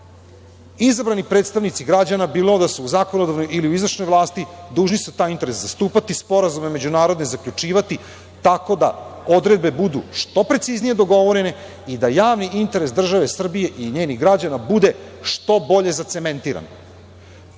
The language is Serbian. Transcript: mestu. Izabrani predstavnici građana, bilo da su u zakonodavnoj ili u izvršnoj vlasti, dužni su taj interes zastupati, sporazume međunarodne zaključivati tako da odredbe budu što preciznije dogovorene i da javni interes države Srbije i njenih građana bude što bolje zacementiran. Predmetna